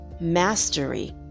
mastery